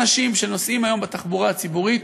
אנשים שנוסעים היום בתחבורה הציבורית,